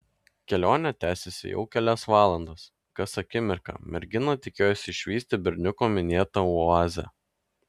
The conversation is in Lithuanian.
kelionė tęsėsi jau kelias valandas kas akimirką mergina tikėjosi išvysti berniuko minėtą oazę